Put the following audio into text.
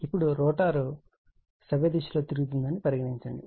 ఇప్పుడు రోటర్ సవ్యదిశలో తిరుగుతుంది అని పరిగణించండి